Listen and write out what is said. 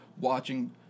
watching